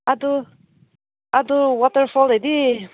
ꯑꯗꯨ ꯑꯗꯨ ꯋꯥꯇꯔꯐꯣꯜꯗꯗꯤ